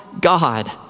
God